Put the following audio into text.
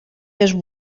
més